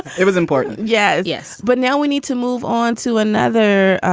it was important. yes. yes. but now we need to move onto another.